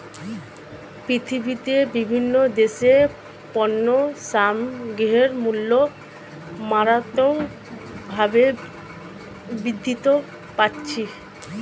পৃথিবীতে বিভিন্ন দেশের পণ্য সামগ্রীর মূল্য মারাত্মকভাবে বৃদ্ধি পাচ্ছে